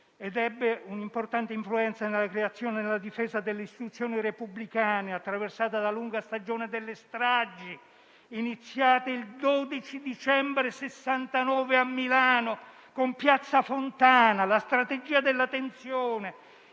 altresì un'importante influenza nella creazione e nella difesa delle Istituzioni repubblicane, attraversata dalla lunga stagione delle stragi, iniziate il 12 dicembre 1969 a Milano con la strage di Piazza Fontana, dalla strategia della tensione